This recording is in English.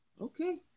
Okay